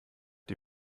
die